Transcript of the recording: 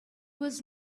was